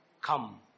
Come